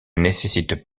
nécessite